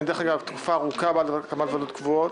דרך אגב, תקופה ארוכה אני בעד הקמת ועדות קבועות.